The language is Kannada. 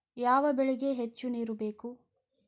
ಯಾವ ಬೆಳಿಗೆ ಹೆಚ್ಚು ನೇರು ಬೇಕು?